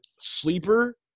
sleeper